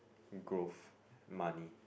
growth money